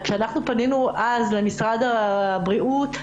כשפנינו למשרד הבריאות,